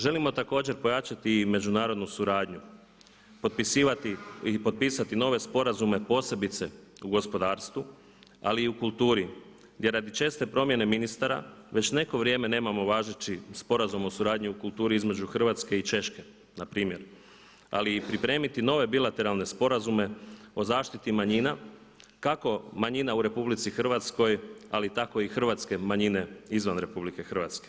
Želimo također pojačati i međunarodnu suradnju, potpisivati ili potpisati nove sporazume posebice u gospodarstvu ali i u kulturi gdje radi česte promjene ministara već neko vrijeme nemamo važeći sporazum o suradnji u kulturi između Hrvatske i Češke npr. ali i pripremiti nove bilateralne sporazume o zaštiti manjina kako manjina u RH ali tako i hrvatske manjine izvan RH.